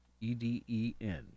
E-D-E-N